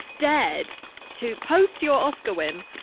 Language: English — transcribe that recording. dared to post your oscar win.